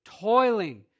toiling